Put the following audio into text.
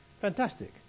Fantastic